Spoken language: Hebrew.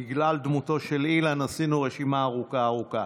בגלל דמותו של אילן עשינו רשימה ארוכה ארוכה.